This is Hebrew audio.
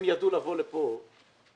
הם ידעו לבוא לכאן עם